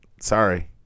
Sorry